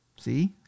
see